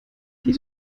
die